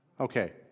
Okay